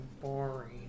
boring